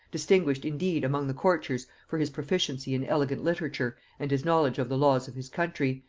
distinguished indeed among the courtiers for his proficiency in elegant literature and his knowledge of the laws of his country,